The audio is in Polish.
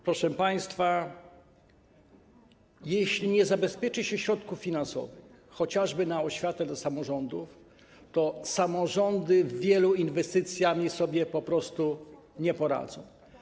Proszę państwa, jeśli nie zabezpieczy się środków finansowych, chociażby na oświatę, do samorządów, to samorządy z wieloma inwestycjami sobie po prostu nie poradzą.